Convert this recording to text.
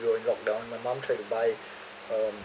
during lockdown my mum tried to buy um